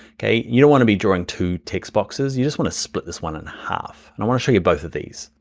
okay you don't want to be drawing two text boxes you just want split this one in half. and i wanna show you both of these.